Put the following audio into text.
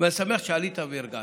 ואני שמח שעלית והרגעת.